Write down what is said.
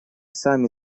сами